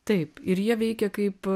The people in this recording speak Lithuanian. taip ir jie veikia kaip